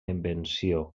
invenció